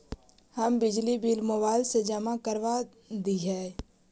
हम बिजली bill mobile से जमा करवा देहियै?